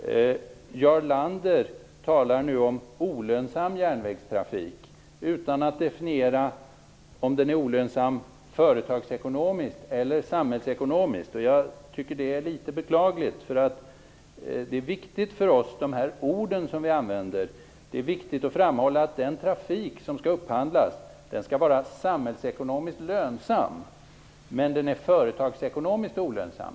Jarl Lander talar om olönsam järnvägstrafik utan att definiera om den är olönsam företagsekonomiskt eller samhällsekonomiskt. Jag tycker att det är litet beklagligt. Det är viktigt för oss att använda de rätta orden. Det är viktigt att framhålla att den trafik som skall upphandlas skall vara samhällsekonomiskt lönsam. Men den är företagsekonomiskt olönsam.